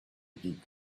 geek